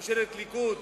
ממשלת ליכוד,